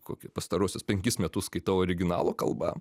kokį pastaruosius penkis metus skaitau originalo kalba